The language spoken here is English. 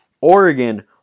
Oregon